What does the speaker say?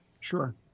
Sure